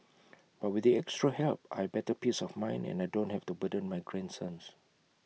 but with the extra help I better peace of mind and I don't have to burden my grandsons